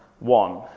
One